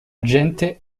gente